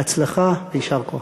בהצלחה ויישר כוח.